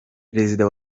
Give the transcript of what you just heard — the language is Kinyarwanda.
perezida